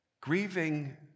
Grieving